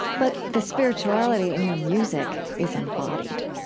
but the spirituality in your music is embodied,